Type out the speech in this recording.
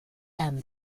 and